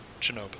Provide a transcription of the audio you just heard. Chernobyl